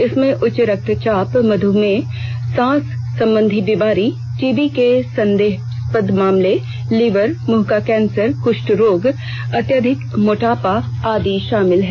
इसमें उच्च रक्तचाप मध्मेह सांस संबंधी बीमारी टीबी के संदेहास्पद मामले लीवर मुंह का कैंसर कुष्ठ रोग अत्यधिक मोटापा आदि शामिल हैं